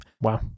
Wow